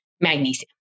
magnesium